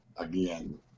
Again